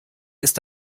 ist